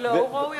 ולא ההוא ראוי,